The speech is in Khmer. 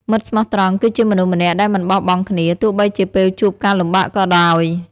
មិត្តស្មោះត្រង់គឺជាមនុស្សម្នាក់ដែលមិនបោះបង់គ្នា ទោះបីជាពេលជួបការលំបាកក៏ដោយ។